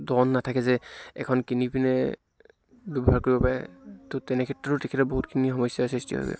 ধন নাথাকে যে এখন কিনি পিনে ব্য়ৱহাৰ কৰিব পাৰে ত' তেনেক্ষেত্ৰতো তেখেতৰ বহুতখিনি সমস্য়াৰ সৃষ্টি হয়গৈ